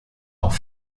auf